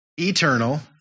eternal